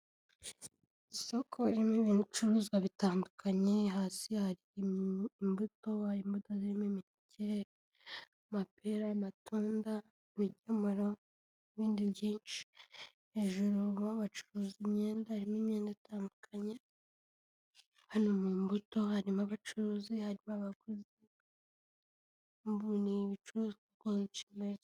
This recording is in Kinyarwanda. Isoko irimo ibicuruzwa bitandukanye, hasi hari imbutoibuga zirimo amapera, amatunda, ibinyomoro, n'ibindi byinshi. Hejuru ho bacuruza imyenda, harimo imyenda itandukanye, hano mu mbuto harimo abacuruzi, hari abaguzi ibicuruzwa.